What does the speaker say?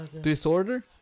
Disorder